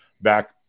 back